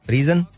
Reason